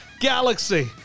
Galaxy